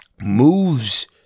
moves